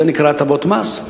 זה נקרא "הטבות מס"?